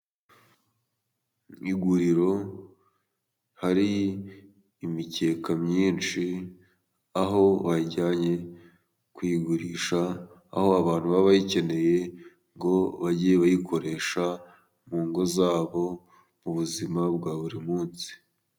Iguriro hari imikeka myinshi, aho bajyanye kuyigurisha aho abantu baba bayikeneye ngo bajye bayikoreshe mu ngo zabo mu buzima bwa buri munsi.